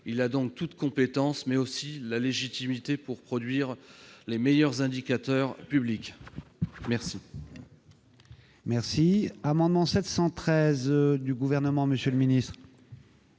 Il a donc toute compétence, mais aussi la légitimité pour produire les meilleurs indicateurs publics. Très